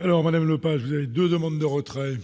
Alors, Madame Lepage, vous avez 2 demandes de retrait.